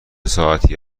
ساعتی